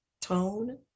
tone